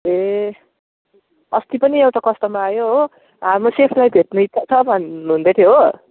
ए अस्ति पनि एउटा कस्टमर आयो हो हाम्रो सेफलाई भेट्ने इच्छा छ भन्नुहुँदैथ्यो हो